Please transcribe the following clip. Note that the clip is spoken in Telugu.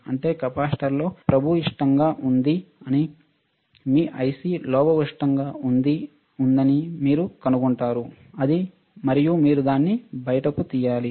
ఉంటే కెపాసిటర్ లో పభూయిష్టంగా ఉందని మీ ఐసి లోపభూయిష్టంగా ఉందని మీరు కనుగొంటారు అది మరియు మీరు దాన్ని బయటకు తీయాలి